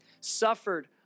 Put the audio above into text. suffered